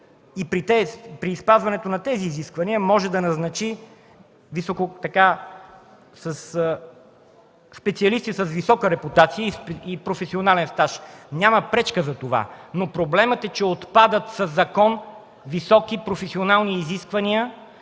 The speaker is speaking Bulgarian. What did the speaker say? и при спазването на тези изисквания може да назначи специалисти с висока репутация и професионален стаж. Няма пречка за това, но проблемът е, че отпадат със закон високи професионални изисквания,